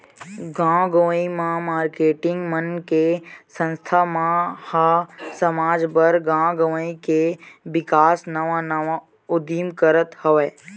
गाँव गंवई म मारकेटिंग मन के संस्था मन ह समाज बर, गाँव गवई के बिकास नवा नवा उदीम करत हवय